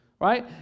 Right